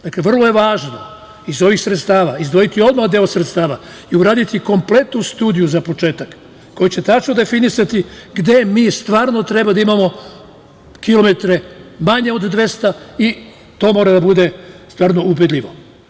Dakle, vrlo je važno iz ovih sredstava, izdvojiti odmah deo sredstava i uraditi kompletnu studiju za početak koja će tačno definisati gde mi stvarno treba da imamo kilometre manje od 200 i to mora da bude stvarno ubedljivo.